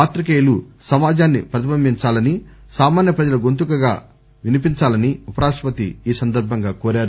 పాత్రికేయులు సమాజాన్ని ప్రతిబింబించాలని సామాన్య ప్రజల గొంతుక వినిపించాలని ఉపరాష్టపతి కోరారు